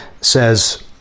says